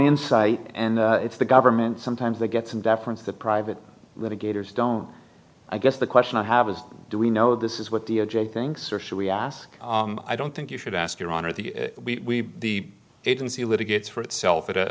insight and it's the government sometimes they get some deference that private litigators don't i guess the question i have is do we know this is what the object thinks or should we ask i don't think you should ask your honor the we the agency litigates for itself at a